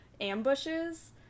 ambushes